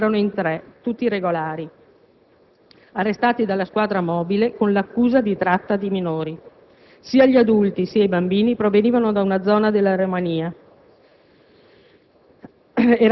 A sfruttarli erano tre rumeni, tutti regolari, arrestati dalla squadra mobile con l'accusa di tratta di minori. Sia gli adulti, sia i bambini provenivano da una zona della Romania